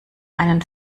einen